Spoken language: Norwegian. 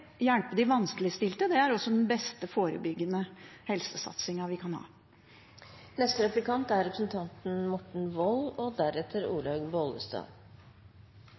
hjelpe de vanskeligstilte. Det er også den beste forebyggende helsesatsingen vi kan ha. Når man hører på representanten Karin Andersen og SV, er